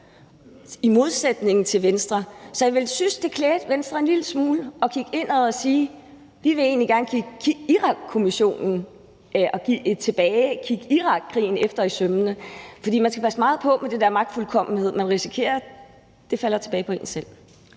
i modsætning til hos Venstre. Så jeg ville synes, det klædte Venstre en lille smule at kigge indad og sige: Vi vil egentlig gerne kigge Irakkommissionen og Irakkrigen efter i sømmene. For man skal passe meget på med det der med magtfuldkommenhed. Man risikerer, at det falder tilbage på en selv.